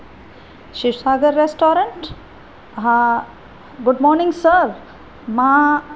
शिष्टाघर restaurant हा good morning sir मां